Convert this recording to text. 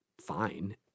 Fine